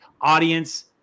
audience